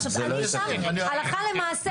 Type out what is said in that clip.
עכשיו הלכה למעשה